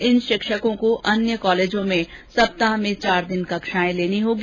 इन शिक्षकों को अन्य कालेजों में सप्ताह में चार दिन कक्षाएं लेनी होंगी